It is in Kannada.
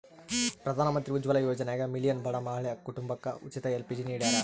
ಪ್ರಧಾನಮಂತ್ರಿ ಉಜ್ವಲ ಯೋಜನ್ಯಾಗ ಮಿಲಿಯನ್ ಬಡ ಮಹಿಳಾ ಕುಟುಂಬಕ ಉಚಿತ ಎಲ್.ಪಿ.ಜಿ ನಿಡ್ಯಾರ